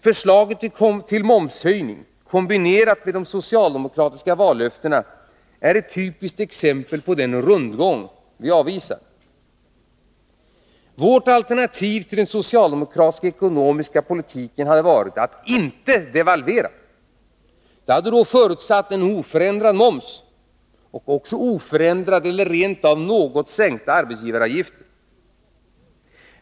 Förslaget till momshöjning, kombinerat med de socialdemokratiska vallöftena, är ett typiskt exempel på den rundgång vi avvisar. Vårt alternativ till den socialdemokratiska ekonomiska politiken hade varit att inte devalvera. Det hade då förutsatt en oförändrad moms och också oförändrade eller rent av något sänkta arbetsgivaravgifter.